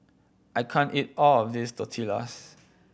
I can't eat all of this Tortillas